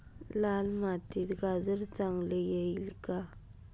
लाल मातीत गाजर चांगले येईल का?